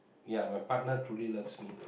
ya my partner truly loves me